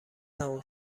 تموم